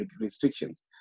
restrictions